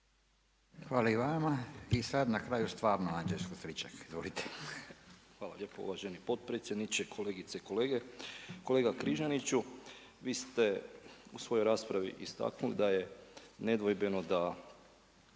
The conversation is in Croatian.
Stričak. Izvolite. **Stričak, Anđelko (HDZ)** Hvala lijepo uvaženi potpredsjedniče, kolegice i kolege. Kolega Križaniću, vi ste u svojoj raspravi istaknuli da je nedvojbeno da